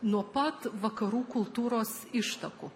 nuo pat vakarų kultūros ištakų